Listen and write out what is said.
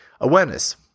Awareness